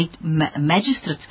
magistrates